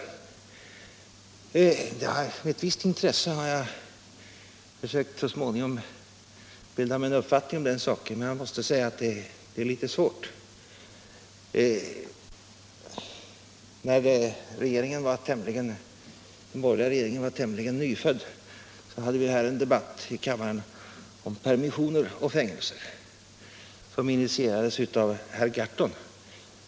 Med ett visst intresse har jag försökt att så småningom bilda mig en uppfattning om den saken, men jag måste säga att det är ganska svårt. När den borgerliga regeringen var tämligen nyfödd hade vi en debatt här i kammaren om permissioner och fängelser, initierad av herr Gahrton.